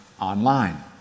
online